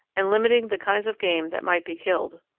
and limiting the kinds of game that might be killed.